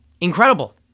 Incredible